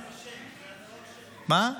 מה?